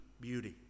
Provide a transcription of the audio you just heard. beauty